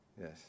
Yes